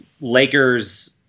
Lakers